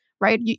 right